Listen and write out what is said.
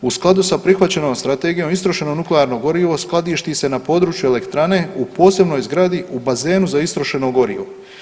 U skladu s prihvaćenom strategijom istrošeno nuklearno gorivo skladišti se na području elektrane u posebnoj zgradi u bazenu za istrošeno gorivo.